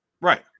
Right